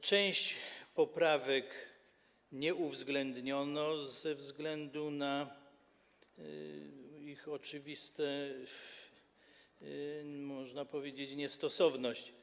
Części poprawek nie uwzględniono ze względu na ich oczywistą, można powiedzieć, niestosowność.